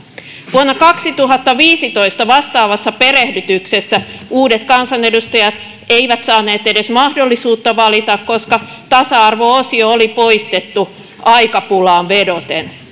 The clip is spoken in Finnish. vuonna kaksituhattaviisitoista vastaavassa perehdytyksessä uudet kansanedustajat eivät saaneet edes mahdollisuutta valita koska tasa arvo osio oli poistettu aikapulaan vedoten